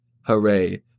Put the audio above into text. hooray